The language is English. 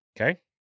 Okay